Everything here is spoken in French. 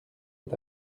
est